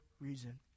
reason